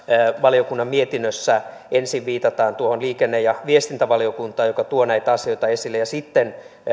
valiokunnan mietinnössä ensin viitataan liikenne ja viestintävaliokuntaan joka tuo näitä asioita esille sitten